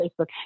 Facebook